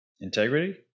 Integrity